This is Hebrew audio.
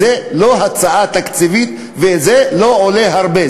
זו לא הצעה תקציבית וזה לא עולה הרבה.